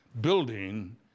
building